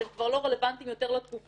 שהם כבר לא רלוונטיים יותר לתקופה,